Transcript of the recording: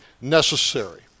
necessary